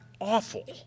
awful